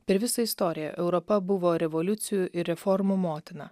per visą istoriją europa buvo revoliucijų ir reformų motina